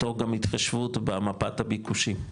מתוך גם התחשבות במפת הביקושים.